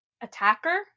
attacker